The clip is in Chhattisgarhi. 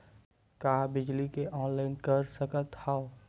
का बिजली के ऑनलाइन कर सकत हव?